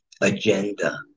agenda